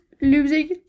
losing